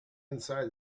inside